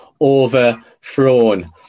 overthrown